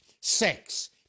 sex